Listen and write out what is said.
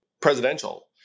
presidential